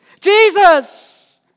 Jesus